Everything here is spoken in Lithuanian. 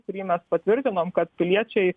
kurį mes patvirtinom kad piliečiai